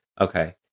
Okay